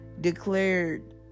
declared